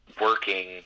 working